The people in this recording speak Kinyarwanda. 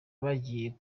bagiye